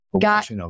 Got